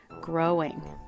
growing